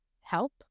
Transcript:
help